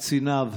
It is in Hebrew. קציניו,